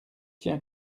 tiens